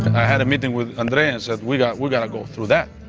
and i had a meeting with andrey and said we gotta gotta go through that.